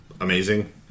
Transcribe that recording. amazing